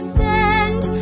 send